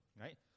right